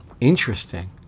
Interesting